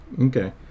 Okay